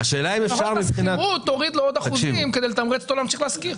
לפחות בשכירות תוריד לו עוד אחוזים כדי לתמרץ אותו להמשיך להשכיר.